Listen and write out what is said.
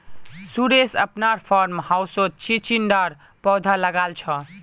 सुरेश अपनार फार्म हाउसत चिचिण्डार पौधा लगाल छ